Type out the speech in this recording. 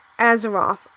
Azeroth